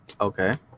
Okay